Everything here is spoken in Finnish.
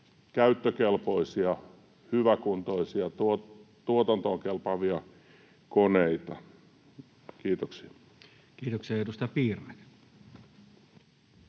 käyttökelpoisia, hyväkuntoisia, tuotantoon kelpaavia koneita. — Kiitoksia.